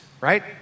right